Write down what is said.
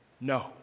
No